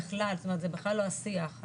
זה בכלל לא השיח.